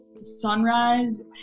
Sunrise